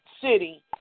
city